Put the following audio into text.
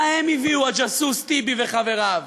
מה הם הביאו, הג'אסוס טיבי וחבריו?